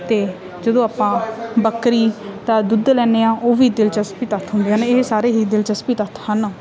ਅਤੇ ਜਦੋਂ ਆਪਾਂ ਬੱਕਰੀ ਦਾ ਦੁੱਧ ਲੈਂਦੇ ਹਾਂ ਉਹ ਵੀ ਦਿਲਚਸਪੀ ਤੱਥ ਹੁੰਦੇ ਹਨ ਇਹ ਸਾਰੇ ਹੀ ਦਿਲਚਸਪੀ ਤੱਥ ਹਨ